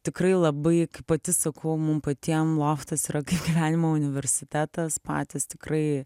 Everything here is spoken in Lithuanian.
tikrai labai pati sakau mum patiem loftas yra kaip gyvenimo universitetas patys tikrai